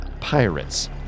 pirates